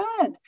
good